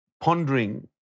pondering